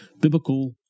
biblical